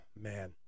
man